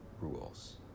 rules